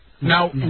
Now